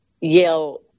yell